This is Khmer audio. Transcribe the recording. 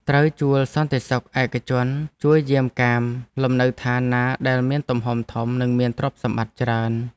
ត្រូវជួលសន្តិសុខឯកជនជួយយាមកាមលំនៅឋានណាដែលមានទំហំធំនិងមានទ្រព្យសម្បត្តិច្រើន។